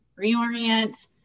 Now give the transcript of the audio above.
reorient